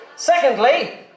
Secondly